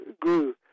grew